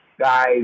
guys